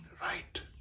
right